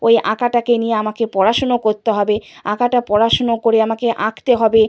ওই আঁকাটাকে নিয়ে আমাকে পড়াশুনো করতে হবে আঁকাটা পড়াশুনো করে আমাকে আঁকতে হবে